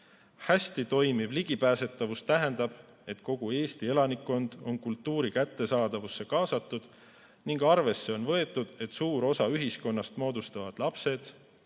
Hästi toimiv ligipääsetavus tähendab, et kogu Eesti elanikkond on kultuuri kättesaadavusse kaasatud ning arvesse on võetud, et suur osa ühiskonnast moodustavad lapsed,